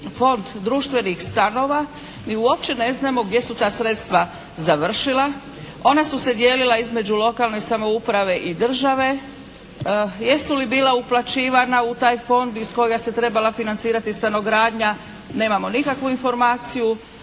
Fond društvenih stanova mi uopće ne znamo gdje su ta sredstva završila, ona su se dijelila između lokalne samouprave i države. Jesu li bila uplaćivana u taj fond iz kojega se trebala financirati stanogradnja, nemamo nikakvu informaciju,